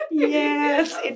Yes